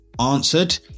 answered